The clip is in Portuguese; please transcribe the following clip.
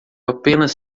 apenas